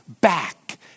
back